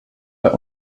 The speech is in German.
bei